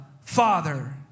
Father